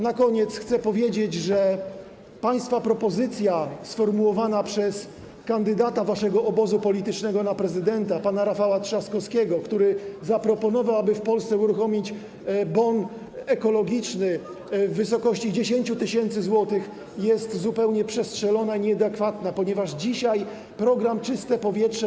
Na koniec chcę powiedzieć, że propozycja sformułowana przez kandydata waszego obozu politycznego na prezydenta pana Rafała Trzaskowskiego, który postulował, aby w Polsce uruchomić bon ekologiczny o wartości 10 tys. zł, jest zupełnie przestrzelona i nieadekwatna, ponieważ dzisiaj już jest realizowany program „Czyste powietrze”